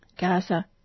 Gaza